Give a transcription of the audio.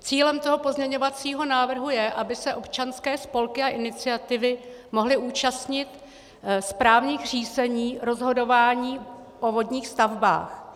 Cílem pozměňovacího návrhu je, aby se občanské spolky a iniciativy mohly účastnit správních řízení v rozhodování o vodních stavbách.